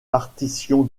partition